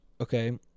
okay